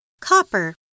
copper